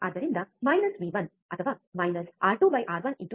ಆದ್ದರಿಂದ V1 ಅಥವಾ -R2R1V1